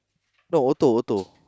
no auto auto